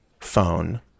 phone